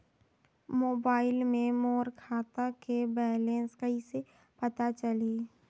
Mobile मे मोर खाता के बैलेंस कइसे पता चलही?